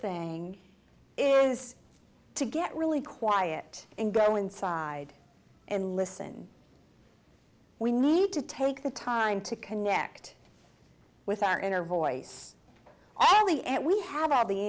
thing is to get really quiet and go inside and listen we need to take the time to connect with our inner voice all the and we have all the